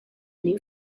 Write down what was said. new